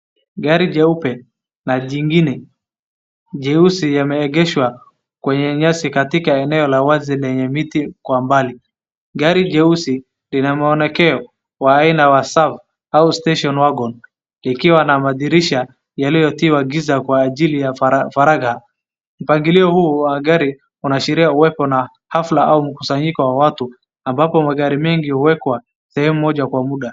Gari jeupe, na jingine jeusi yameegeeshwa kwenye nyasi katika eneo la wazi lenye miti kwa mbali. Gari jeusi, lina mwonekeo wa aina ya SUV au Station Wagon, likiwa linawadhirisha yaliyotiwa giza kwa ajili ya faraga. Mpangilio huu wa gari unaashiria uwepo na hafla au mkusanyiko wa watu, ambapo magari mengi huwekwa sehemu moja kwa muda.